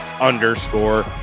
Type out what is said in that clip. underscore